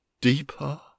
deeper